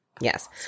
Yes